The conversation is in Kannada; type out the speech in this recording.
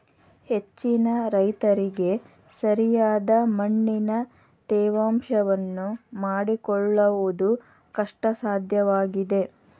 ಹೆಚ್ಚಿನ ರೈತರಿಗೆ ಸರಿಯಾದ ಮಣ್ಣಿನ ತೇವಾಂಶವನ್ನು ಮಾಡಿಕೊಳ್ಳವುದು ಕಷ್ಟಸಾಧ್ಯವಾಗಿದೆ